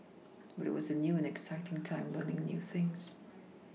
but it was a new and exciting time learning new things